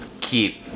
keep